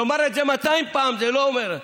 תאמר את זה 200 פעם, זה לא אומר.